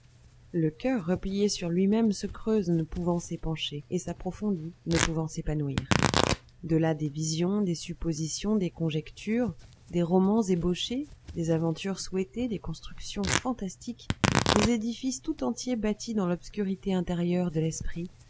le coeur replié sur lui-même se creuse ne pouvant s'épancher et s'approfondit ne pouvant s'épanouir de là des visions des suppositions des conjectures des romans ébauchés des aventures souhaitées des constructions fantastiques des édifices tout entiers bâtis dans l'obscurité intérieure de l'esprit